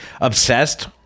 obsessed